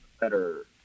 better